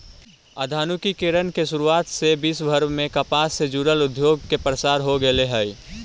आधुनिकीकरण के शुरुआत से विश्वभर में कपास से जुड़ल उद्योग के प्रसार हो गेल हई